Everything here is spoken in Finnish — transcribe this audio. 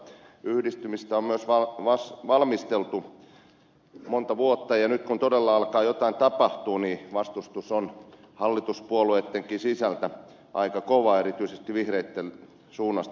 yhdistymistä on myös valmisteltu monta vuotta ja nyt kun todella alkaa jotain tapahtua vastustus on hallituspuolueittenkin sisältä aika kova erityisesti vihreitten suunnasta